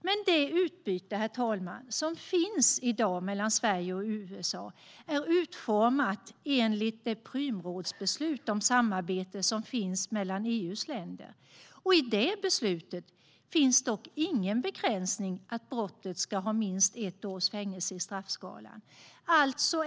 Men, herr talman, det utbyte som finns i dag mellan Sverige och USA är utformat enligt Prümrådsbeslutet om samarbete mellan EU:s länder. I det beslutet finns dock ingen begränsning till att brottet ska ha minst ett års fängelse i straffskalan.